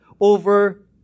over